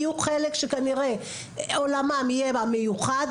יהיו חלק שעולמם יהיה במיוחד,